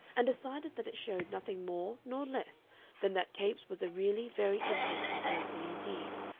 and decided that it showed nothing more nor less than that capes was a really very interesting person indeed.